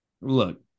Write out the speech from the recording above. look